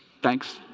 thanks